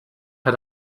had